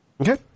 Okay